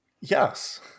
Yes